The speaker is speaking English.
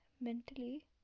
mentally